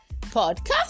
podcast